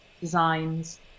designs